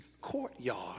courtyard